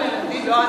אותנו